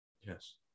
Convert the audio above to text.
Yes